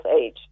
age